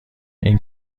این